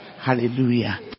hallelujah